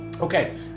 okay